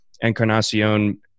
Encarnacion